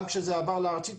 גם כשזה עבר לארצית,